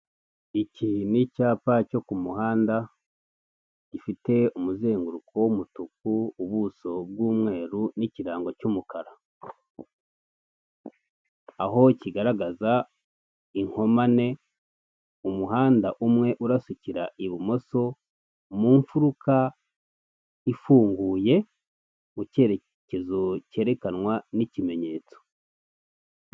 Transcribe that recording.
Iki ni icyapa cyo ku muhanda gifite umuzenguruko w’umutuku, ubuso bw'umweru n'ikirango cy'umukara, aho kigaragaza inkomane umuhanda umwe urasukira ibumoso mu mfuruka ifunguye mu cyerekezo cyerekanwa n'kimenyetso.